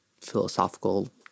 philosophical